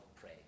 pray